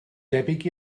debyg